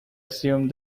assumed